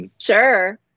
Sure